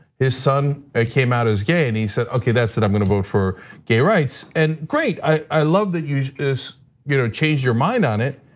his son came out as gay, and he said, okay, that's it, i'm gonna vote for gay rights. and great, i love that you you know changed your mind on it.